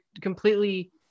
completely